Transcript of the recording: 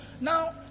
now